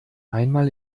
einmal